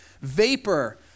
vapor